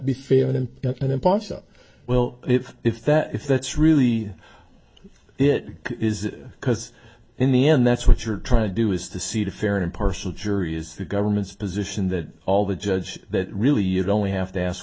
be fair and impartial well if if that if that's really it is because in the end that's what you're trying to do is to seek a fair and impartial jury is the government's position that all the judge that really you'd only have to ask